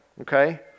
okay